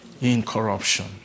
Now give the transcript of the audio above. incorruption